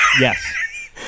yes